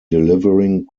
delivering